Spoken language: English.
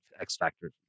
X-Factor